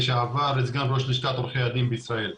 לשעבר סגן ראש לשכת עורכי הדין בישראל.